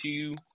two